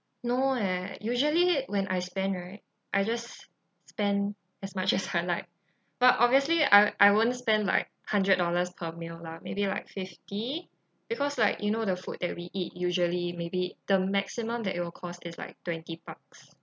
no leh usually when I spend right I just spend as much as I like but obviously I I won't spend like hundred dollars per meal lah maybe like fifty because like you know the food that we eat usually maybe the maximum that it will cost is like twenty bucks